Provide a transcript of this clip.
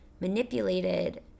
manipulated